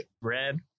red